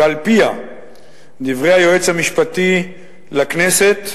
שעל-פיה דברי היועץ המשפטי לכנסת,